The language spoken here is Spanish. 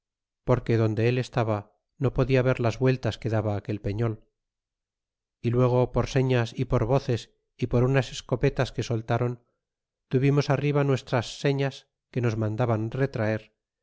porque donde el estaba no podia ver las vueltas que daba aquel peñol y luego por señas y por voces y por unas escopetas que soltron tuvimos arriba nuestras señas que nos mandaban retraer